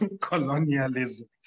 colonialism